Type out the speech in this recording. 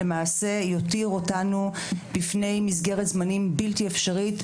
יותיר אותנו בפני מסגרת זמנים בלתי אפשרית,